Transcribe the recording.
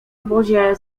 obozie